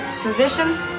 position